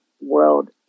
World